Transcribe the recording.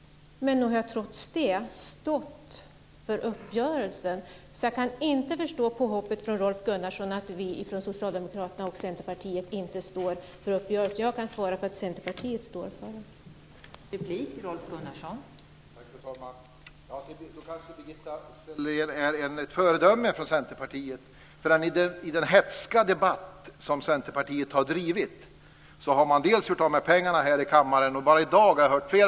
Men nog har jag trots det stått för uppgörelsen. Jag kan inte förstå påhoppet från Rolf Gunnarsson att vi från Socialdemokraterna och Centerpartiet inte står för uppgörelsen. Jag kan svara för att Centerpartiet står för den.